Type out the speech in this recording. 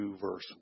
verse